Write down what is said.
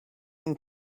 and